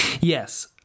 Yes